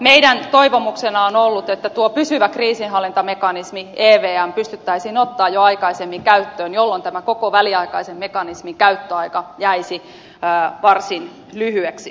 meidän toivomuksenamme on ollut että tuo pysyvä kriisinhallintamekanismi evm pystyttäisiin ottamaan jo aikaisemmin käyttöön jolloin tämä koko väliaikaisen mekanismin käyttöaika jäisi varsin lyhyeksi